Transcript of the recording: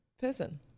person